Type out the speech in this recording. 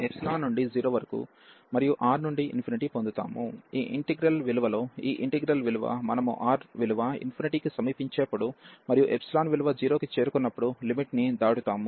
ఈ ఇంటిగ్రల్ విలువలో ఈ ఇంటిగ్రల్ విలువ మనము R విలువ కి సమీపించేటప్పుడు మరియు విలువ 0 కి చేరుకున్నప్పుడు లిమిట్ ని దాటుతాము